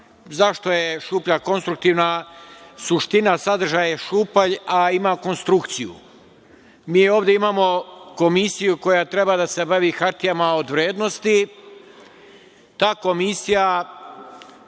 Zašto je šuplja konstruktivna? Suština, sadržaj je šupalj, a ima konstrukciju. Mi ovde imamo komisiju koja treba da se bavi hartijama od vrednosti. Ta komisija,